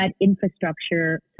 infrastructure